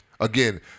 again